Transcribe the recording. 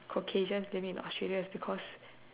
Caucasians living in Australia is because